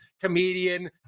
comedian